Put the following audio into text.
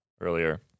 earlier